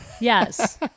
Yes